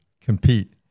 compete